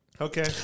Okay